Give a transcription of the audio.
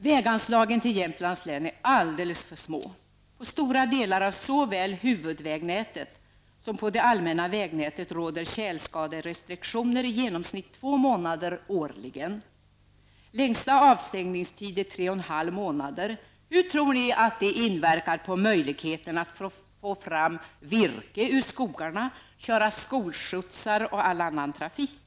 Väganslagen till Jämtlands län är alldeles för små. På stora delar av såväl huvudvägnätet som på det allmänna vägnätet råder tjälskaderestriktioner i genomsnitt två månader årligen. Längsta avstängningstid är tre och en halv månader. Hur tror ni att det inverkar på möjligheten att få fram virke ur skogarna, köra skolskjutsar och annan trafik?